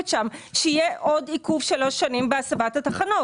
שיהיה עיכוב של עוד שלוש שנים בהסבת התחנות?